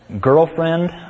girlfriend